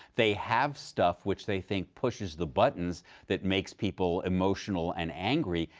they have stuff which they think pushes the buttons that makes people emotional and angry.